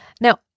Now